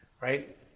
Right